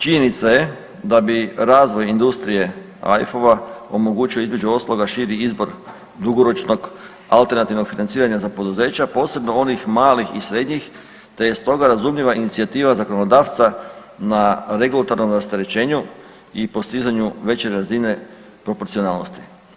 Činjenica je da bi razvoj industrije AIF-ova omogućio između ostaloga širi izbor dugoročnog alternativnog financiranja za poduzeća, posebno onih malih i srednjih te je stoga razumljiva inicijativa zakonodavca na regulatornom rasterećenju i postizanju veće razine proporcionalnosti.